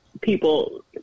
people